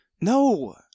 No